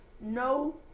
no